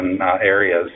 areas